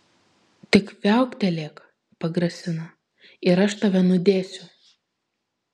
tik viauktelėk pagrasina ir aš tave nudėsiu